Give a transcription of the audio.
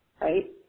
right